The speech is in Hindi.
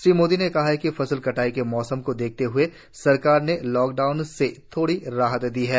श्री मोदी ने कहा कि फसल कटाई के मौसम को देखते हए सरकार ने लॉकडाउन से थोड़ी राहत दी है